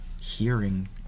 hearing